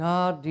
God